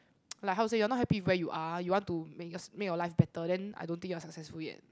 like how to say you are not happy with where you are you want to make yours make your life better then I don't think you are successful yet